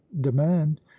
demand